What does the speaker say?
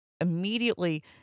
immediately